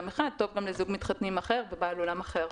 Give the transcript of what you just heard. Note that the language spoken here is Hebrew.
אחד טוב גם לזוג מתחתנים אחר ובעל אולם אחר.